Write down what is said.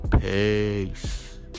peace